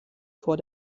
vor